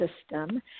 system